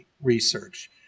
research